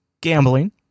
gambling